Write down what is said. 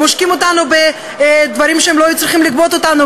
הם עושקים אותנו בדברים שהם לא היו צריכים לגבות מאתנו,